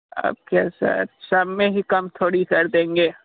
okay sir सब में ही कम थोड़ी कर देंगे